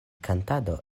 kantado